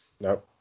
No